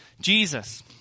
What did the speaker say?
Jesus